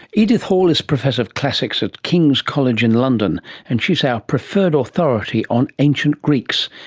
edith hall is professor of classics at kings college in london and she is our preferred authority on ancient greeks,